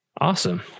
Awesome